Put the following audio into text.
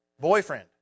boyfriend